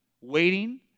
waiting